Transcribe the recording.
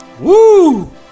Woo